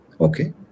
Okay